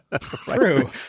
True